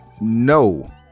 No